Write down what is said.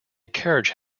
carriage